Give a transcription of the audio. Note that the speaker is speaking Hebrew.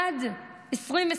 עד 2023,